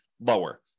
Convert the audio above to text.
lower